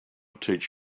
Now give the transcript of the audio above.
teach